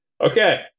okay